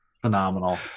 phenomenal